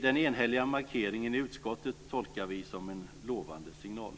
Den enhälliga markeringen i utskottet tolkar vi som en lovande signal.